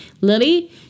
Lily